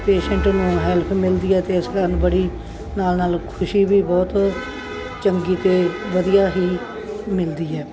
patient ਨੂੰ help ਮਿਲਦੀ ਹੈ ਅਤੇ ਇਸ ਕਾਰਨ ਬੜੀ ਨਾਲ ਨਾਲ ਖੁਸ਼ੀ ਵੀ ਬਹੁਤ ਚੰਗੀ ਅਤੇ ਵਧੀਆ ਹੀ ਮਿਲਦੀ ਹੈ